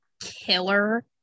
killer